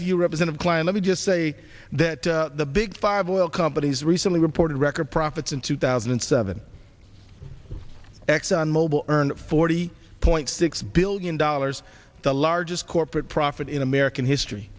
you represent a client of me just say that the big five oil companies recently reported record profits in two thousand and seven exxon mobil earned forty point six billion dollars the largest corporate profit in american history